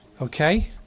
Okay